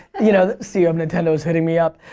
you know ceo of nintendo's hitting me up.